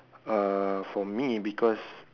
uh for me because